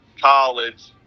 college